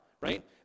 right